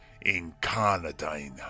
incarnadine